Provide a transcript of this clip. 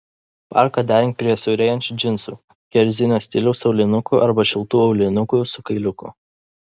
parką derink prie siaurėjančių džinsų kerzinio stiliaus aulinukų arba šiltų aulinukų su kailiuku